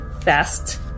fast